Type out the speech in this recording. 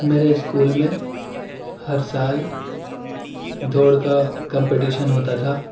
میرے اسکول میں ہر سال دوڑ کا کمپٹیشن ہوتا تھا